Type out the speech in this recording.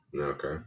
Okay